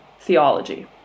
theology